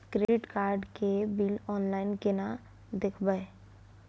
Credit card के bill online केना देखबय?